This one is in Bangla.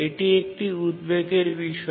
এটি একটি উদ্বেগের বিষয়